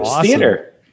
theater